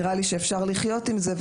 נראה לי שאפשר לחיות עם זה.